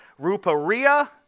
ruparia